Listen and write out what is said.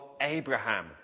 Abraham